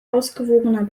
ausgewogener